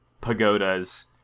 pagodas